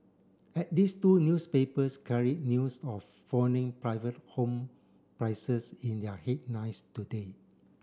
at least two newspapers carried news of falling private home prices in their headlines today